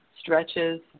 stretches